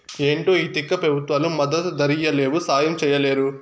ఏంటో ఈ తిక్క పెబుత్వాలు మద్దతు ధరియ్యలేవు, సాయం చెయ్యలేరు